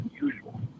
unusual